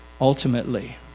ultimately